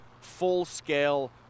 full-scale